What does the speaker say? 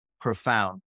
profound